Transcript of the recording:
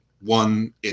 One